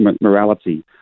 morality